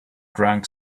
drank